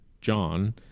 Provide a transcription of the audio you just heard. John